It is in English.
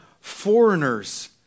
foreigners